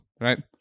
right